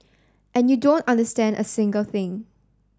and you don't understand a single thing